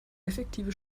effektive